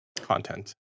content